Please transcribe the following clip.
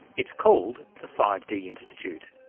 it's called the five d institute.